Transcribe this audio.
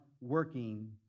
working